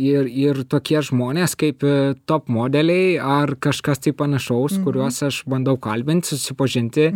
ir ir tokie žmonės kaip top modeliai ar kažkas tai panašaus kuriuos aš bandau kalbint susipažinti